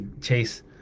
chase